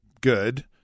good